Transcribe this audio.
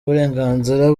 uburenganzira